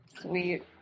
Sweet